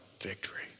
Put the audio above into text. victory